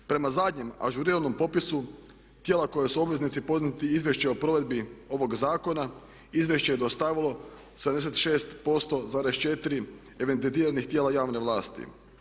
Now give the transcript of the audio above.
Prema zadnjem ažuriranom popisu tijela koja su obveznici podnijeli izvješće o provedbi ovog zakona, izvješće je dostavilo 76%,4 evidentiranih tijela javne vlasti.